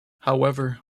however